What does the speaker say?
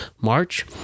March